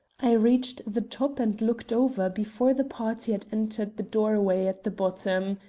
i reached the top and looked over before the party had entered the doorway at the bottom.